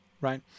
right